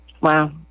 Wow